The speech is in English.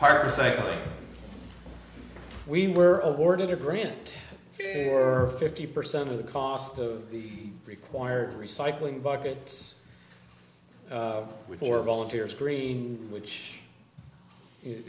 saying we were awarded a grant for fifty percent of the cost of the required recycling buckets with or volunteers green which is